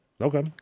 Okay